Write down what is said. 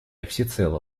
всецело